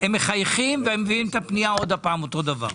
הם מחייכים והם מביאים את הפנייה עוד פעם באותו אופן.